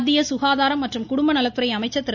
மத்திய சுகாதாரம் மற்றும் குடும்பநலத்துறை அமைச்சர் திரு